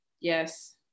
Yes